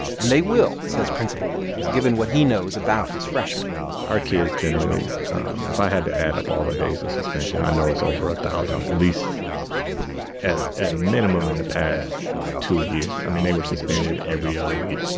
and they will, says principal williams, given what he knows about his freshmen our kids, generally if i had to add up all the days of suspension, i know it's over a thousand at least at at minimum in the past two years. i mean, they were suspended every other week.